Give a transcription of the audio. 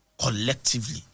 collectively